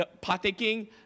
partaking